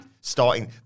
starting